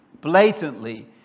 Blatantly